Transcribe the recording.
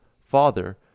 father